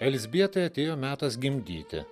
elzbietai atėjo metas gimdyti